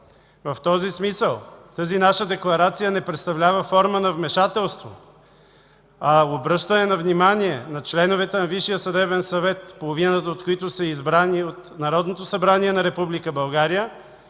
В този смисъл тази наша декларация не представлява форма на вмешателство, а обръщане на внимание на членовете на Висшия съдебен съвет, половината от които са избрани от Народното събрание на